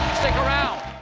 stick around!